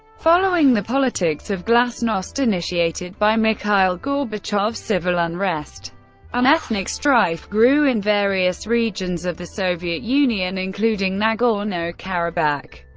following the politics of glasnost, initiated by mikhail gorbachev, civil unrest and ethnic strife grew in various regions of the soviet union, including nagorno-karabakh,